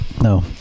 No